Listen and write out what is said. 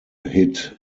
hit